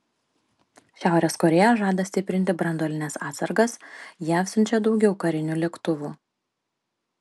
šiaurės korėja žada stiprinti branduolines atsargas jav siunčia daugiau karinių lėktuvų